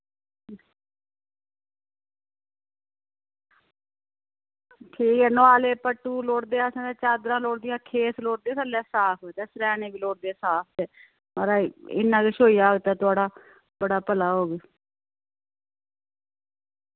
नालै पट्टु लोड़दे असें ते चादरां लोड़दियां असें खेस लोड़दे थल्लै साफ ते सर्हैने बी लोड़दे साफ म्हाराज इन्ना किश होई जाह्ग ते थुआढ़ा भला होई जाह्ग